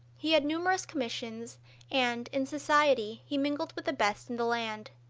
he had numerous commissions and, in society, he mingled with the best in the land.